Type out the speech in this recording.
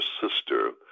sister